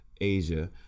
asia